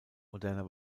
moderner